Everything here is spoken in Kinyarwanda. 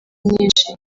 nyinshi